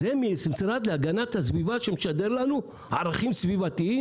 אז המשרד להגנת הסביבה שמשדר לנו ערכים סביבתיים